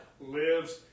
lives